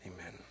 amen